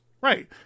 Right